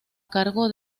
cargo